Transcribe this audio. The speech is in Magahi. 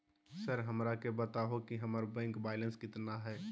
सर हमरा के बताओ कि हमारे बैंक बैलेंस कितना है?